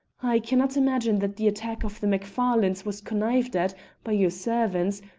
i cannot imagine that the attack of the macfarlanes was connived at by your servants,